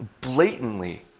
blatantly